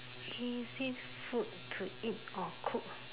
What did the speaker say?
easy food to eat or cook